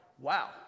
wow